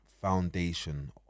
foundation